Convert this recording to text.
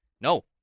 No